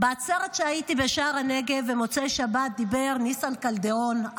בעצרת שהייתי בשער הנגב במוצאי שבת דיבר ניסן קלדרון,